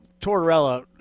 Tortorella